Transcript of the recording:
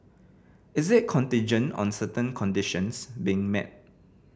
is it contingent on certain conditions being met